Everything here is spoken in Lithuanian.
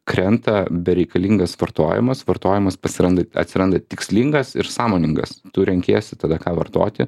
krenta bereikalingas vartojimas vartojimas pasirand atsiranda tikslingas ir sąmoningas tu renkiesi tada ką vartoti